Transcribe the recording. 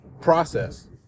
process